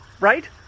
right